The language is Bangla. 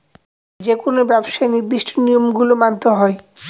যেকোনো ব্যবসায় নির্দিষ্ট নিয়ম গুলো মানতে হয়